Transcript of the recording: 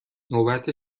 نوبت